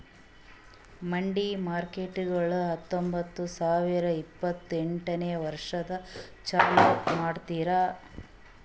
ಮಂಡಿ ಮಾರ್ಕೇಟ್ಗೊಳ್ ಹತೊಂಬತ್ತ ಸಾವಿರ ಇಪ್ಪತ್ತು ಎಂಟನೇ ವರ್ಷದಾಗ್ ಚಾಲೂ ಮಾಡ್ಯಾರ್